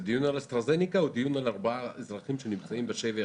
זה דיון על אסטרה זנקה או דיון על ארבעה אזרחים שנמצאים בשבי החמאס?